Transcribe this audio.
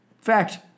Fact